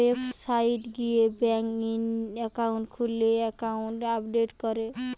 website গিয়ে bank account খুললে account update করে